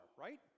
Right